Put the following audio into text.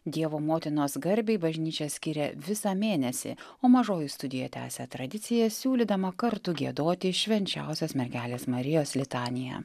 dievo motinos garbei bažnyčia skiria visą mėnesį o mažoji studija tęsia tradiciją siūlydama kartu giedoti švenčiausios mergelės marijos litaniją